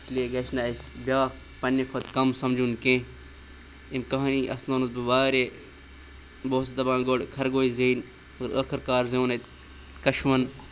اِسلیے گَژھِ نہٕ اَسہِ بیٛاکھ پنٛنہِ کھۄتہٕ کَم سَمجُن کیٚنٛہہ اَمہِ کہانی اَسنوٚونَس بہٕ واریاہ بہٕ اوسُس دَپان گۄڈٕ خرگوش زینہِ مگر ٲخٕر کار زیوٗن اَتہِ کَچھوَن